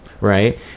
right